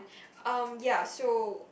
um ya so